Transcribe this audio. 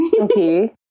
Okay